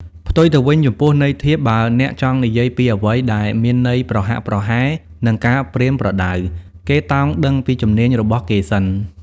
ផ្ទុយទៅវិញ ចំពោះន័យធៀប បើអ្នកចង់និយាយពីអ្វីដែលមានន័យប្រហាក់ប្រហែលនឹងការប្រៀនប្រដៅ គេតោងដឹងពីជំនាញរបស់គេសិន ។